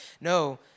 No